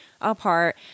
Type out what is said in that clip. apart